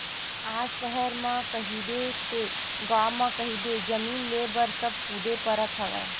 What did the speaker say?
आज सहर म कहिबे ते गाँव म कहिबे जमीन लेय बर सब कुदे परत हवय